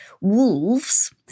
wolves